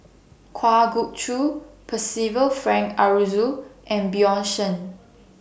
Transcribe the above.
Kwa Geok Choo Percival Frank Aroozoo and Bjorn Shen